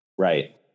Right